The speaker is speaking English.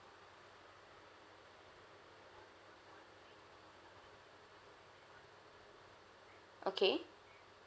okay